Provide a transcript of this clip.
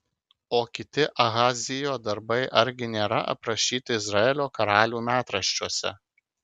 o kiti ahazijo darbai argi nėra aprašyti izraelio karalių metraščiuose